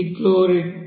ఇది క్లోరిన్